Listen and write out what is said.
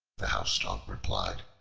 the housedog replied,